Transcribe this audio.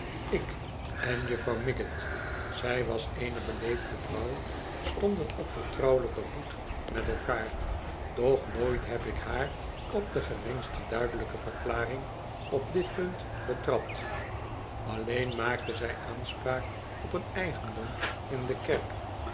ik en juffrouw miggot zij was eene beleefde vrouw stonden op vertrouwelij ken voet met elkaar doch nooit heb ik haar op de geringste duidelijke verklaring op dit punt betrapt alleen maakte zij aanspraak op een eigendom in de kerk